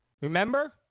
Remember